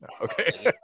Okay